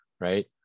right